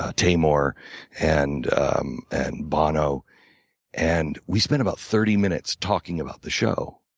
ah taymoor and um and bono and we spent about thirty minutes talking about the show.